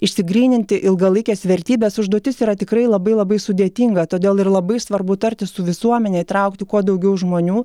išsigryninti ilgalaikes vertybes užduotis yra tikrai labai labai sudėtinga todėl ir labai svarbu tartis su visuomene įtraukti kuo daugiau žmonių